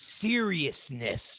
seriousness